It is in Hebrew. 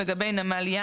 לגבי נמל ים,